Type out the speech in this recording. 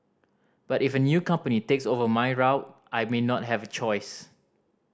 but if a new company takes over my route I may not have a choice